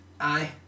Aye